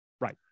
Right